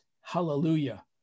hallelujah